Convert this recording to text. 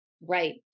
Right